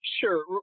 Sure